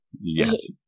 Yes